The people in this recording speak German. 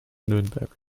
nürnberg